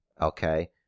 Okay